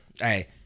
hey